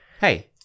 hey